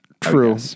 True